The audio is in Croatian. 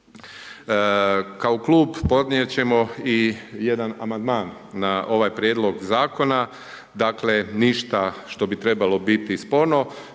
Kao Klub podnijeti ćemo i jedan amandman na ovaj Prijedlog zakona, dakle, ništa što bi trebalo biti sporno,